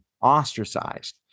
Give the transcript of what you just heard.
ostracized